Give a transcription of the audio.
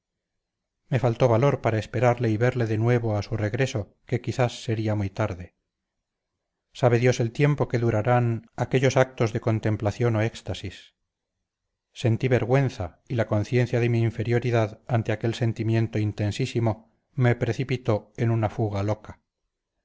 me faltó valor para esperarle y verle de nuevo a su regreso que quizás sería muy tarde sabe dios el tiempo que durarán aquellos actos de contemplación o éxtasis sentí vergüenza y la conciencia de mi inferioridad ante aquel sentimiento intensísimo me precipitó en una fuga loca